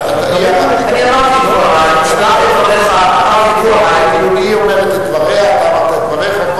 אני אמרתי את דברי, אמרת את דבריך.